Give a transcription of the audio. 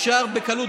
אפשר בקלות,